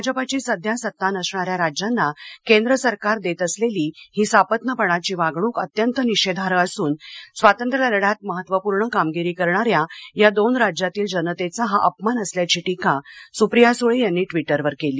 भाजपची सध्या सत्ता नसणाऱ्या राज्यांना केंद्र सरकार देत असलेली हि सापत्नपणाची वागणूक अत्यंत निषेधार्ह असून स्वातंत्र्यलढ्यात महत्वपूर्ण कामगिरी करणाऱ्या या दोन राज्यातील जनतेचा हा अपमान असल्याची टीका सुप्रिया सुळे यांनी ट्वीटर वर केली